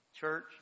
Church